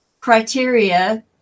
criteria